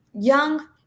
young